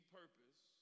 purpose